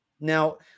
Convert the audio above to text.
Now